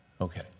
Okay